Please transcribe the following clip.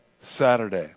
Saturday